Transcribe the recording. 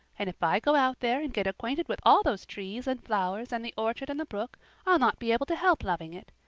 and if i go out there and get acquainted with all those trees and flowers and the orchard and the brook i'll not be able to help loving it.